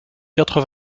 quatre